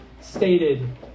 stated